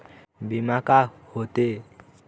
बीमा का होते?